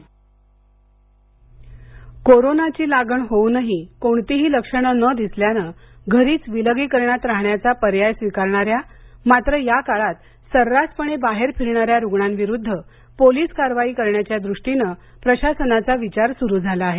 corona पणे कोरोनाची लागण होऊनही कोणतीही लक्षणं न दिसल्यानं घरीच विलगीकरणात राहण्याचा पर्याय स्वीकारणाऱ्या मात्र या काळात सर्रांसपणे बाहेर फिरणाऱ्या रुग्णांविरुद्ध पोलीसकारवाई करण्याच्या दृष्टीनं प्रशासनाचा विचार सुरु झाला आहे